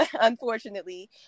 unfortunately